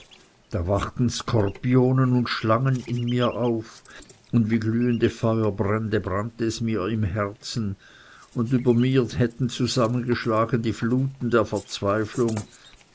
da wachten skorpionen und schlangen in mir auf und wie glühende feuerbrände brannte es mir im herzen und über mir hätten zusammengeschlagen die fluten der verzweiflung